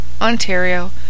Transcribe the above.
Ontario